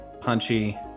punchy